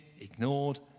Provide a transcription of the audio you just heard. ignored